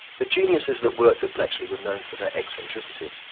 the geniuses that worked at bletchley were known for their eccentricity.